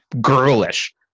girlish